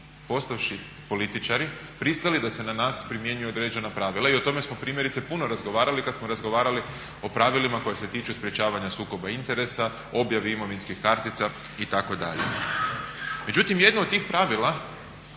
postavši političari pristali da se na nas primjenjuju određena pravila i o tome smo primjerice puno razgovarali kada smo razgovarali o pravilima koja se tiču sprječavanja sukoba interesa, objavi imovinskih kartica itd.. Međutim, jedno od tih pravila